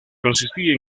consistía